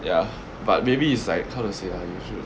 ya but maybe it's like how to say ah you should